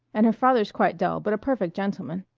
and her father's quite dull but a perfect gentleman.